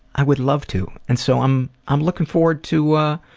i would love to. and so i'm i'm looking forward to a